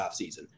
offseason